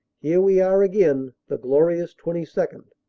here we are again, the glorious twenty second.